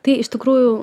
tai iš tikrųjų